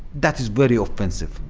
that is very offensive,